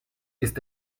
ist